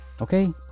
okay